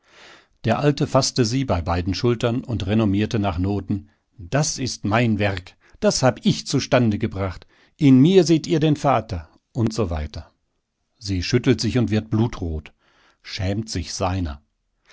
der alte faßte sie bei beiden schultern und renommierte nach noten das ist mein werk das hab ich zustande gebracht in mir seht ihr den vater und so weiter sie schüttelt sich und wird blutrot schämt sich seiner